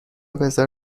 بزار